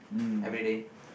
mm